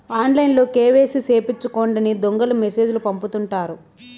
ఆన్లైన్లో కేవైసీ సేపిచ్చుకోండని దొంగలు మెసేజ్ లు పంపుతుంటారు